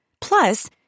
Plus